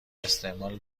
استعمال